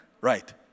Right